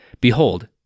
Behold